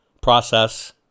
process